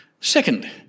Second